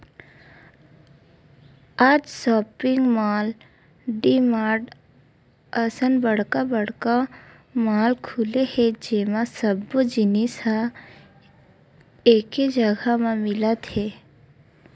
आज shopping mall, DMart असन बड़का बड़का मॉल खुले हे जेमा सब्बो जिनिस ह एके जघा म मिलत हे